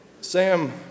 Sam